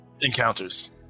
encounters